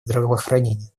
здравоохранения